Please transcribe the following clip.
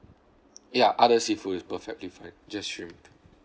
ya other seafood is perfectly fine just shrimp